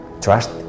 trust